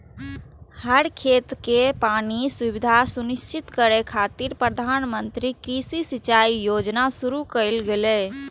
हर खेत कें पानिक सुविधा सुनिश्चित करै खातिर प्रधानमंत्री कृषि सिंचाइ योजना शुरू कैल गेलै